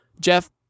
Jeff